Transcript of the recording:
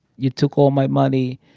you took all my money.